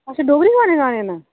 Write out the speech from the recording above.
अच्छा डोगरी गाने गाने न